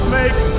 make